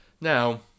now